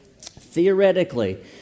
Theoretically